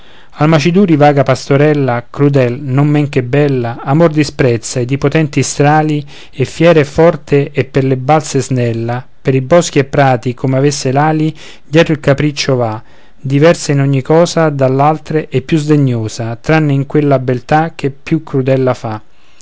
chiude l'orecchio alcimaduri vaga pastorella crudel non men che bella amor disprezza ed i potenti strali e fiera e forte e per le balze snella per boschi e prati come avesse l'ali dietro il capriccio va diversa in ogni cosa dall'altre e più sdegnosa tranne in quella beltà che più crudel la fa